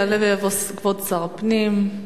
יעלה ויבוא כבוד שר הפנים,